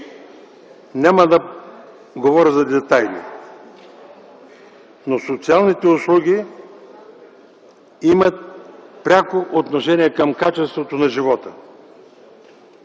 Няма да говоря за детайли, но социалните услуги имат пряко отношение към качеството на живота.